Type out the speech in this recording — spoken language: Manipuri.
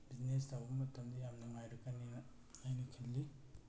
ꯕꯤꯖꯤꯅꯦꯁ ꯇꯧꯕ ꯃꯇꯝꯗ ꯌꯥꯝ ꯅꯨꯡꯉꯥꯏꯔꯛꯀꯅꯦꯅ ꯑꯩꯅ ꯈꯜꯂꯤ